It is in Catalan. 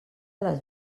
les